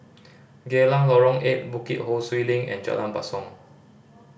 Geylang Lorong Eight Bukit Ho Swee Link and Jalan Basong